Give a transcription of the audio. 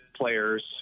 players